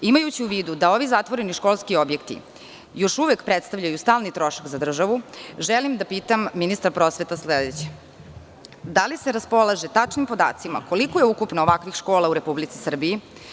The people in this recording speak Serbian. Imajući u vidu da ovi zatvoreni školski objekti još uvek predstavljaju stalni trošak za državu, želim da pitam ministra prosvete sledeće, da li se raspolaže tačnim podacima koliko je ukupno ovakvih škola u Republici Srbiji?